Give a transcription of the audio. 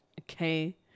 Okay